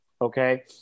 okay